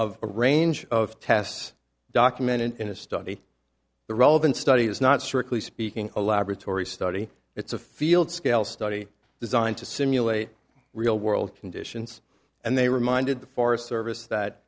a range of tests documented in a study the relevant study is not strictly speaking a laboratory study it's a field scale study designed to simulate real world conditions and they reminded the forest service that